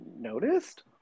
noticed